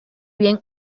bien